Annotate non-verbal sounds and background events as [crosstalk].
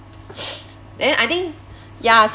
[breath] then I think ya